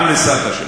גם לסבתא שלך.